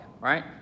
right